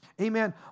amen